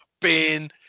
bin